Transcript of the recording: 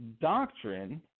doctrine